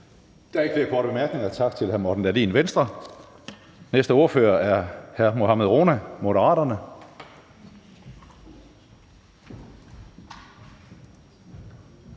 Der er ikke flere korte bemærkninger. Tak til hr. Morten Dahlin, Venstre. Næste ordfører er hr. Mohammad Rona, Moderaterne.